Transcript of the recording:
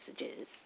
messages